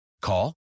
Call